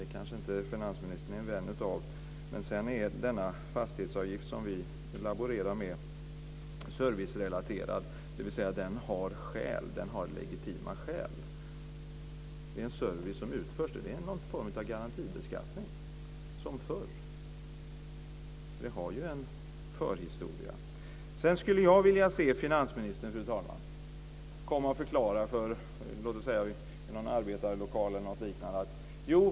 Denna är finansministern kanske inte någon vän av, men den fastighetsavgift som vi laborerar med är servicerelaterad, dvs. den har legitima skäl. Det gäller en service som utförs. Det är en form av garantibeskattning, som förr fanns, så den har en förhistoria. Jag skulle vidare vilja se finansministern i någon arbetarlokal e.d.